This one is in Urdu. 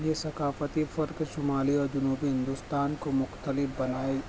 یہ ثقافتی فرق شمالی اور جنوبی ہندوستان کو مختلف بنائے